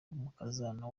umukazana